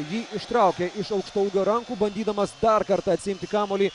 jį ištraukė iš aukštaūgio rankų bandydamas dar kartą atsiimti kamuolį